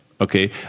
okay